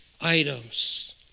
items